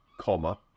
comma